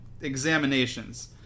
examinations